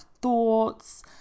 thoughts